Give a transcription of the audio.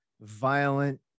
violent